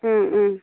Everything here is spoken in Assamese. ওম ওম